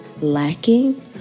lacking